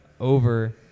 over